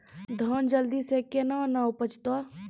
धान जल्दी से के ना उपज तो?